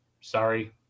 Sorry